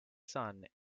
son